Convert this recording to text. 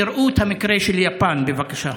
תראו את המקרה של יפן, בבקשה.